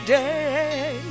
day